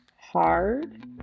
Hard